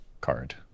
card